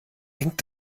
hängt